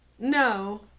No